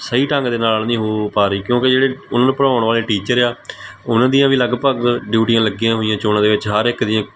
ਸਹੀ ਢੰਗ ਦੇ ਨਾਲ ਨਹੀਂ ਹੋ ਪਾ ਰਹੀ ਕਿਉਂਕਿ ਜਿਹੜੇ ਉਹਨਾਂ ਨੂੰ ਪੜ੍ਹਾਉਣ ਵਾਲੇ ਟੀਚਰ ਆ ਉਹਨਾਂ ਦੀਆਂ ਵੀ ਲਗਭਗ ਡਿਊਟੀਆਂ ਲੱਗੀਆਂ ਹੋਈਆਂ ਚੋਣਾਂ ਦੇ ਵਿੱਚ ਹਰ ਇੱਕ ਦੀਆਂ